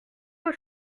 vos